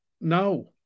No